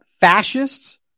fascists